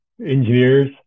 engineers